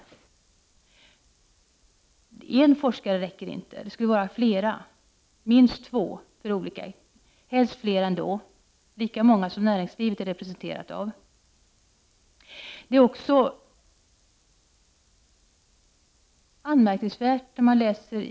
Det räcker inte med en forskare, utan det måste vara fler — minst två, men helst lika många som näringslivet representeras av.